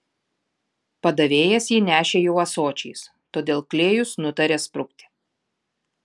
padavėjas jį nešė jau ąsočiais todėl klėjus nutarė sprukti